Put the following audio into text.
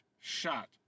shot